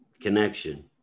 connection